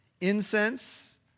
Incense